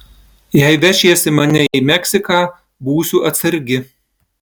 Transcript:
jei vešiesi mane į meksiką būsiu atsargi